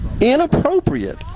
inappropriate